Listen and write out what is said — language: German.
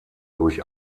durch